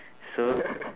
so